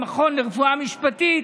המכון לרפואה משפטית,